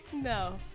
No